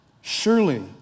Surely